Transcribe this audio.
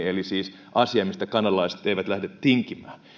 eli siis asia mistä kanadalaiset eivät lähde tinkimään